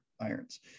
irons